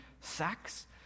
sex